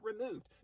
removed